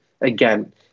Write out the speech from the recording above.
Again